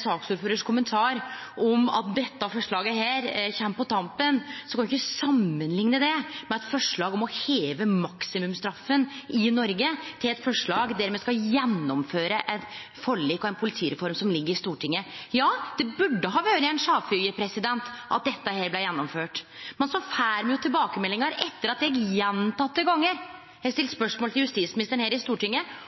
saksordføraren sin kommentar om at dette forslaget kjem på tampen. Ein kan ikkje samanlikne eit forslag om å heve maksimumsstraffen i Noreg, med eit forslag der me skal gjennomføre eit forlik og ein politireform som ligg i Stortinget. Ja, det burde ha vore ei sjølvfylgje at dette blei gjennomført. Men så får me tilbakemeldingar: Etter at eg gjentekne gonger her i Stortinget har stilt spørsmål til justisministeren